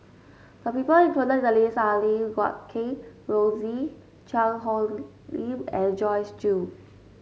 the people included in the list are Lim Guat Kheng Rosie Cheang Hong Lim and Joyce Jue